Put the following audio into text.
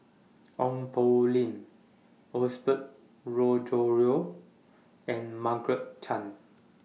Ong Poh Lim Osbert Rozario and Margaret Chan